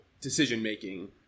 decision-making